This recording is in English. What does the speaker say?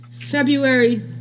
February